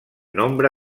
nombre